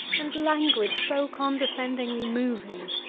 and language so condescendingly moving